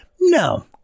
no